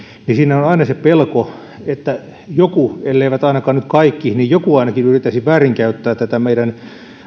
niin siinä on aina se pelko että joku elleivät nyt kaikki niin ainakin joku yrittäisi väärinkäyttää tätä meidän